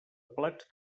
plats